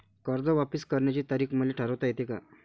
कर्ज वापिस करण्याची तारीख मले ठरवता येते का?